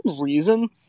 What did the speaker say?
reason